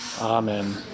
Amen